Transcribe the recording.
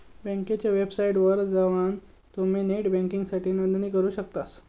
बँकेच्या वेबसाइटवर जवान तुम्ही नेट बँकिंगसाठी नोंदणी करू शकतास